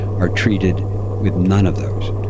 are treated with none of those.